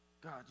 God